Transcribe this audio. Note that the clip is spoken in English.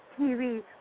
TV